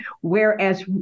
Whereas